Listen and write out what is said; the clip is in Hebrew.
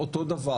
אז אותו דבר.